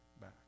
back